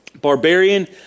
Barbarian